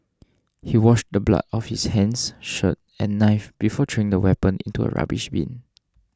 he washed the blood off his hands shirt and knife before throwing the weapon into a rubbish bin